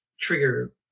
trigger